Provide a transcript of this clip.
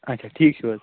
اَچھا ٹھیٖک چھُو حظ